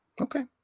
Okay